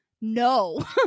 no